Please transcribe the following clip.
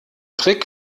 trick